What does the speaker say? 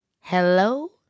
Hello